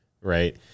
right